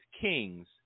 kings